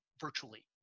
virtually